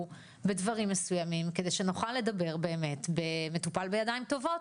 בדברים מסוימים כדי שנוכל לדבר באמת על מטופל בידיים טובות.